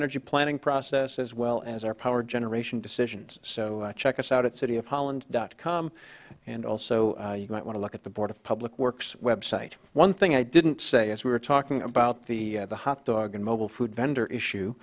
energy planning process as well as our power generation decisions so check us out at city of holland dot com and also you might want to look at the board of public works website one thing i didn't say as we were talking about the hot dog and mobile food vendor issue